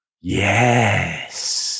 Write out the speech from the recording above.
Yes